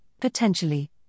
potentially